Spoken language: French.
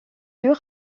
plus